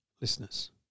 listeners